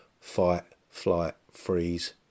fight-flight-freeze